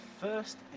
first